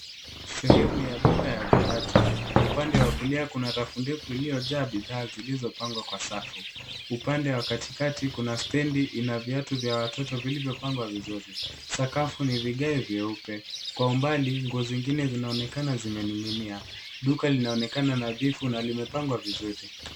Sehemu ya duka ya viatu, upande wa kulia kuna rafu ndefu iliyojaa bidhaa zilizo pangwa kwa safu, upande wakatikati kuna stendi ina viatu vya watoto vilivyo pangwa vizuri, sakafu ni vigae vyeupe, kwa mbali nguo zingine zinaonekana zimeninginia, duka linaonekana nadhifu na limepangwa vizuri.